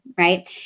right